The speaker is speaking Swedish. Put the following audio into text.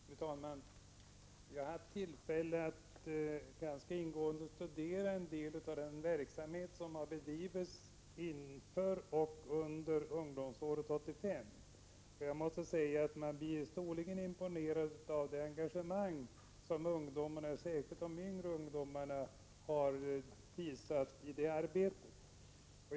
Fru talman! Jag har haft tillfälle att ganska ingående studera en del av den verksamhet som har bedrivits inför och under ungdomsåret 1985, och jag måste säga att man blir storligen imponerad av det engagemang som ungdomarna, särskilt de yngre, har visat i det arbetet.